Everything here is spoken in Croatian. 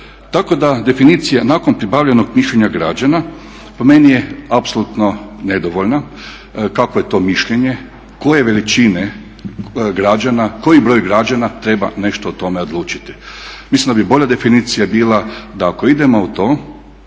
Tako da definicija nakon pribavljenog mišljenja građana po meni je apsolutno nedovoljna. Kakvo je to mišljenje, koje veličine građana, koji broj građana treba nešto o tome odlučiti? Mislim da bi bolja definicija bila da ako idemo u to